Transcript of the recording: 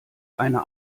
einer